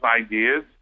ideas